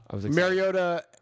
Mariota